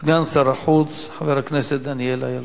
סגן שר החוץ, חבר הכנסת דניאל אילון.